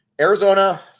Arizona